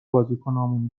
بازیکنامون